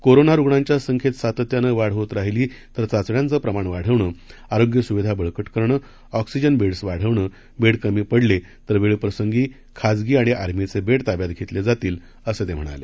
corona रुग्णांच्या संख्येत सातत्यानं वाढ होत राहिली तर चाचण्यांचं प्रमाण वाढवणं आरोग्य सुविधा बळकट करणं ऑक्सजन बेडस वाढवणं बेड कमी पडले तर वेळप्रसंगी खाजगी आणि आर्मी चे बेड ताब्यात घेतले जातील असं ते म्हणाले